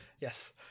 yes